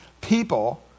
people